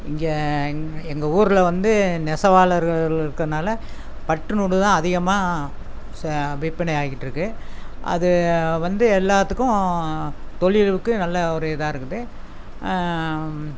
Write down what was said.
இங்கே எங் எங்கள் ஊரில் வந்து நெசவாளர்கள் இருக்கனால் பட் நூலு தான் அதிகமாக சோ விற்பனை ஆகிட்டுருக்கு அது வந்து எல்லாத்துக்கும் தொழில்க்கு நல்ல ஒரு இதாக இருக்குது